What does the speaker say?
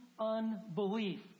unbelief